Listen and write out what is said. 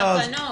כולל התקנות.